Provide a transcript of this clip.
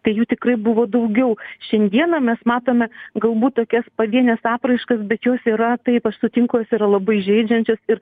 tai jų tikrai buvo daugiau šiandieną mes matome galbūt tokias pavienes apraiškas bet jos yra taip aš sutinku jos yra labai žeidžiančios ir